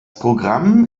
programm